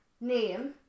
Name